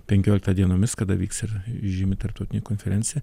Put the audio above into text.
penkioliktą dienomis kada vyks ir žymi tarptautinė konferencija